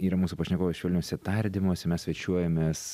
yra mūsų pašnekovas švelniuose tardymuose mes svečiuojamės